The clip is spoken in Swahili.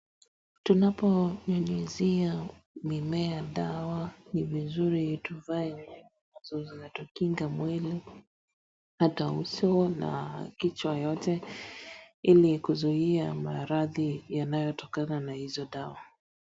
Tunaponyunyuzia mimea dawa ni vizuri tuvae nguo zinazotukinga mwili ata uso na kichwa yote ili kuzuia maradhi yanayotokana na hizo dawa.